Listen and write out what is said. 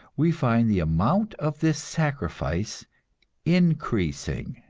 we find the amount of this sacrifice increasing.